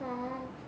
orh